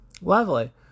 Lovely